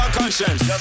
conscience